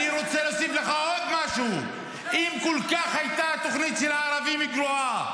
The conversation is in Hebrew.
אני רוצה להוסיף לך עוד משהו: אם התוכנית של הערבים הייתה כל כך גרועה,